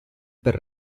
per